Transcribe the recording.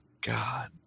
god